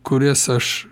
kurias aš